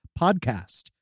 podcast